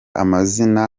amazina